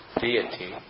deity